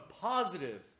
positive